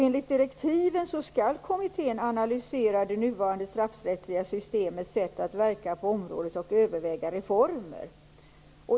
Enligt direktiven skall kommittén analysera det nuvarande straffrättsliga systemets sätt att verka på området och överväga reformer.